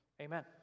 Amen